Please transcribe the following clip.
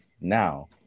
now